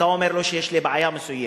אתה אומר לו: יש לי בעיה מסוימת,